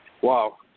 Wow